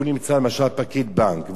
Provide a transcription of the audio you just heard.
והוא נמצא, למשל פקיד בנק.